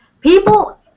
People